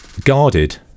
guarded